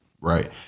Right